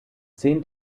zehn